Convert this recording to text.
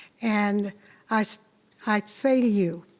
and i say i say to you,